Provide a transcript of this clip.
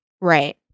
Right